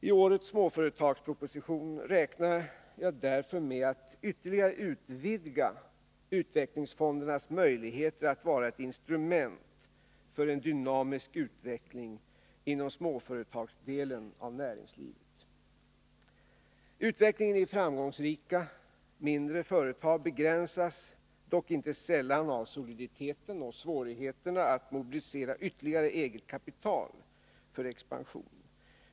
I årets småföretagspaket räknar jag därför med att ytterligare utvidga utvecklingsfondernas möjligheter att vara ett instrument för en dynamisk utveckling inom småföretagsdelen av näringslivet. Utvecklingen i framgångsrika mindre företag begränsas dock inte sällan av soliditeten och svårigheterna att mobilisera ytterligare eget kapital för expansion.